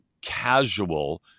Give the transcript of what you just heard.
casual